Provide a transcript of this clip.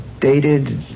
Dated